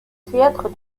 théâtre